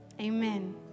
amen